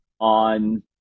on